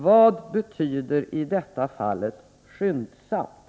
Vad betyder i detta fall ”skyndsamt”?